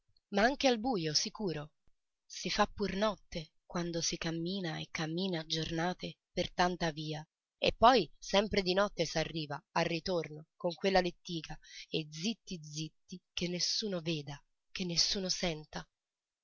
ma anche al bujo sicuro si fa pur notte quando si cammina e cammina a giornate per tanta via e poi sempre di notte s'arriva al ritorno con quella lettiga e zitti zitti che nessuno veda che nessuno senta